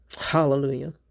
Hallelujah